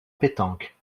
pétanque